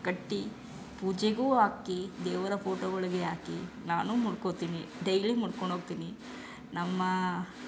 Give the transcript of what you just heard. ಕಟ್ಟಿ ಪೂಜೆಗೂ ಹಾಕಿ ದೇವರ ಫೋಟೋಗಳಿಗೆ ಹಾಕಿ ನಾನು ಮುಡ್ಕೊಳ್ತೀನಿ ಡೈಲಿ ಮುಡ್ಕೊಂಡು ಹೋಗ್ತೀನಿ ನಮ್ಮ